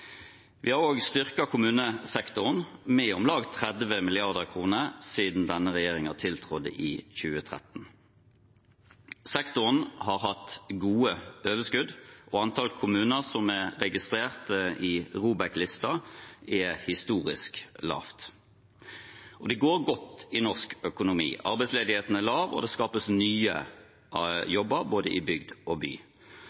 Vi har også styrket kommunesektoren med om lag 30 mrd. kr siden denne regjeringen tiltrådte i 2013. Sektoren har hatt gode overskudd, og antall kommuner som er registrert på ROBEK-listen, er historisk lavt. Det går godt i norsk økonomi. Arbeidsledigheten er lav, og det skapes nye